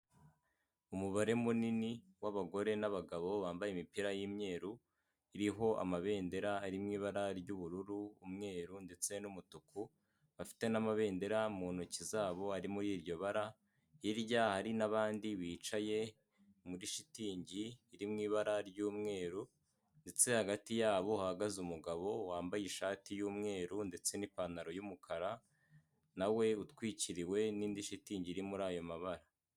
Umubare munini w'abagore n'abagabo bambaye imipira y'umweruru, iriho amabendera ari mu ibara ry'ubururu, umweru ndetse n'umutuku, bafite n'amabendera mu ntoki zabo ari muri iryo bara hirya hari n'abandi bicaye muri shitingi iri mu ibara ry'umweru ndetse hagati yabo hahagaze umugabo wambaye ishati y'umweru, ndetse n'ipantaro yumukara nawe utwikiriwe n'indi shitingi iri muri ayo mabara.